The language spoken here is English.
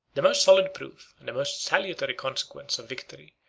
the most solid proof, and the most salutary consequence, of victory,